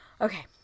Okay